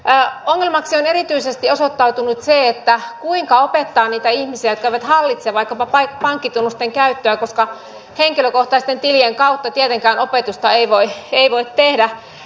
ongelmaksi on osoittautunut erityisesti se kuinka opettaa niitä ihmisiä jotka eivät hallitse vaikkapa pankkitunnusten käyttöä koska henkilökohtaisten tilien kautta opetusta ei tietenkään voi tehdä